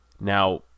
Now